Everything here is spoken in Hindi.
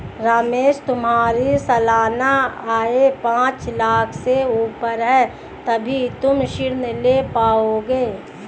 रमेश तुम्हारी सालाना आय पांच लाख़ से ऊपर है तभी तुम ऋण ले पाओगे